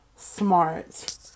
Smart